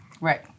Right